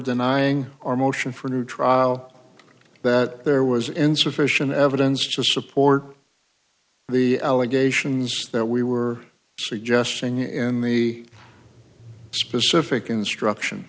denying our motion for a new trial that there was insufficient evidence to support the allegations that we were suggesting and the specific instruction